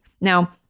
Now